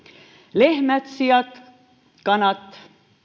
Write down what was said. lehmät siat kanat